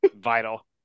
Vital